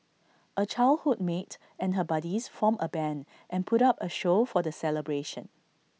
A childhood mate and her buddies formed A Band and put up A show for the celebration